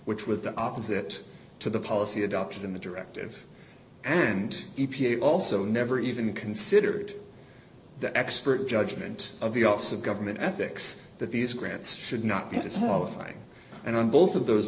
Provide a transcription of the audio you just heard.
which was the opposite to the policy adopted in the directive and e p a also never even considered the expert judgment of the office of government ethics that these grants should not be it is horrifying and on both of those